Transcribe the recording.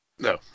No